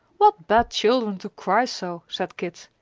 what bad children to cry so! said kit.